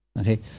Okay